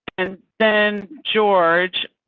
and then george,